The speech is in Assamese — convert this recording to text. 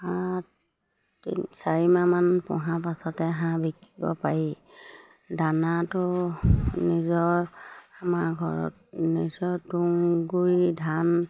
হাঁহ তিনি চাৰিমাহমান পোহা পাছতে হাঁহ বিকিব পাৰি দানাটো নিজৰ আমাৰ ঘৰত নিজৰ তুঁহ গুৰি ধান